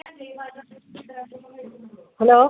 hello